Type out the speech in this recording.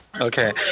Okay